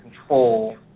control